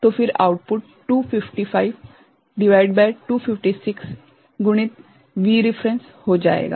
तो फिर आउटपुट 255 भागित 256 गुणित V रेफेरेंस हो जाएगा